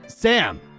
Sam